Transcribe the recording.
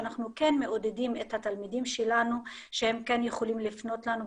שאנחנו כן מעודדים את התלמידים שלנו שהם יכולים לפנות אלינו,